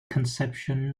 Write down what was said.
conception